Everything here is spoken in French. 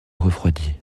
refroidit